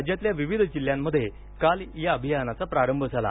राज्यातल्या विविध जिल्ह्यात काल या अभियानाचा प्रारंभ झाला